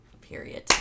Period